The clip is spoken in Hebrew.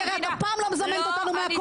כי את הרי אף פעם לא מזמנת אותנו מהקואליציה,